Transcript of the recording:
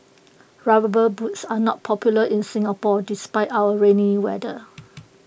rubber boots are not popular in Singapore despite our rainy weather